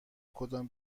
کدام